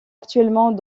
actuellement